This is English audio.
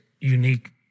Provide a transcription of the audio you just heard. unique